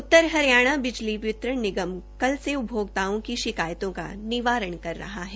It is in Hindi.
उत्तर हरियाणा बिजली वितरण निगम कल से उपभोक्ताओं की शिकायतों का निवारण कर रहा है